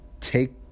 take